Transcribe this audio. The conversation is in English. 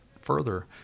further